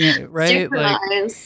right